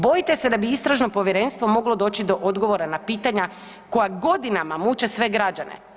Bojite se da bi istražno povjerenstvo moglo doći do odgovora na pitanja koja godinama muče sve građane.